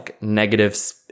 negative